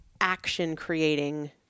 action-creating